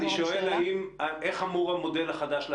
אני שואל איך אמור המודל החדש לעבוד.